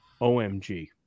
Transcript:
OMG